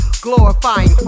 Glorifying